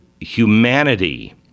humanity